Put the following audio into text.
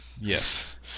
Yes